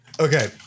Okay